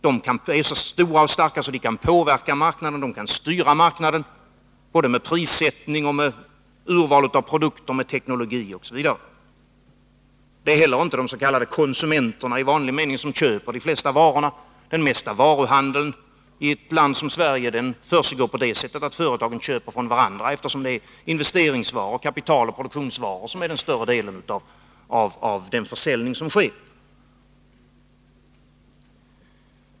De är så stora och starka att de kan påverka och styra marknaden både med prissättning, med urval av produkter, med teknologi osv. Det är heller inte de s.k. konsumenterna i vanlig mening som köper de flesta varorna. Den mesta varuhandeln i ett land som Sverige försiggår på det sättet att företagen köper från varandra, eftersom det är investeringsvaror, kapitaloch produktionsvaror som är den större delen av den försäljning som sker.